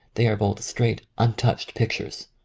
they are both straight un touched pictures.